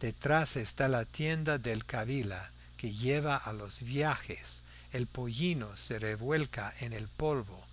detrás está la tienda del kabila que lleva a los viajes el pollino se revuelca en el polvo